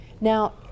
now